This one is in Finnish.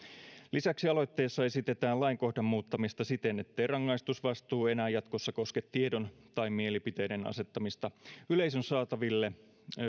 lisäksi aloitteessa esitetään lainkohdan muuttamista siten ettei rangaistusvastuu enää jatkossa koske tiedon tai mielipiteiden asettamista yleisön saataville